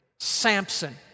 Samson